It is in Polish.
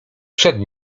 przed